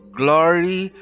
glory